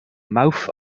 mouth